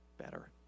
better